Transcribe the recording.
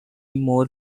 more